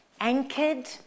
anchored